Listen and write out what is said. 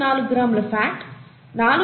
4 గ్రాముల ఫాట్ 4